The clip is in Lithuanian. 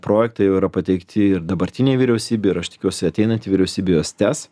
projektai jau yra pateikti ir dabartinei vyriausybei ir aš tikiuosi ateinanti vyriausybė juos tęs